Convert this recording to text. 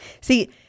See